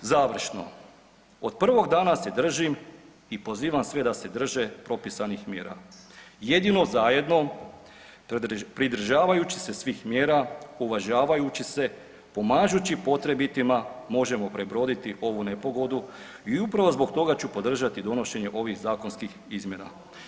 Završno, od prvog dana se držim i pozivam sve da se drže propisanih mjera, jedino zajedno pridržavajući se svih mjera, uvažavajući se, pomažući potrebitima možemo prebroditi ovu nepogodu i upravo zbog toga ću podržati donošenje ovih zakonskih izmjena.